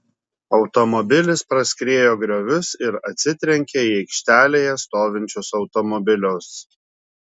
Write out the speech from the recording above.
automobilis praskriejo griovius ir atsitrenkė į aikštelėje stovinčius automobilius